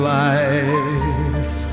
life